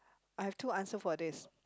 I've two answer for this